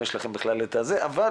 אם יש לכם בכלל את ה אבל